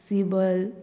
Sibal